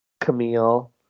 Camille